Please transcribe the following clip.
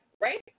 Right